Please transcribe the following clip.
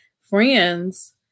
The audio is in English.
friends